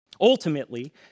Ultimately